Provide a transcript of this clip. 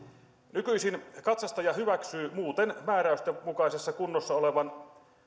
nykyisin katsastaja hyväksyy muuten määräysten mukaisessa kunnossa olevan